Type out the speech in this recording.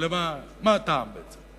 שמה הטעם בעצם?